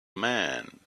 man